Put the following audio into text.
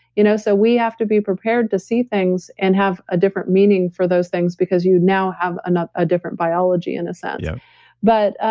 you know so we have to be prepared to see things and have a different meaning for those things because you now have a different biology in a sense yeah but ah